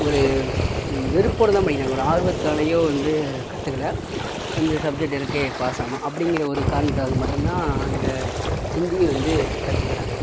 ஒரு வெறுப்போட தான் படிக்கிறாங்க ஒரு ஆர்வத்தாலயோ வந்து கத்துக்குள்ள இந்த சப்ஜெக்ட் இருக்குது பாஸ் ஆகணும் அப்படிங்குற ஒரு காரணத்துக்காக மட்டும்தான் இந்த ஹிந்திய வந்து கற்றுக்குறாங்க